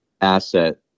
asset